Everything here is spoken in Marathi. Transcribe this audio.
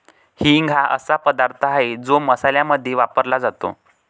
हिंग हा असा पदार्थ आहे जो मसाल्यांमध्ये वापरला जातो